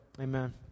Amen